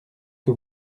que